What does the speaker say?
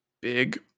big